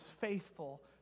faithful